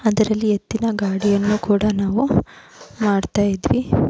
ಅದರಲ್ಲಿ ಎತ್ತಿನ ಗಾಡಿಯನ್ನು ಕೂಡ ನಾವು ಆಡ್ತಾಯಿದ್ವಿ